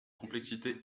complexité